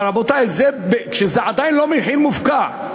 אבל, רבותי, כשזה עדיין לא מחיר מופקע,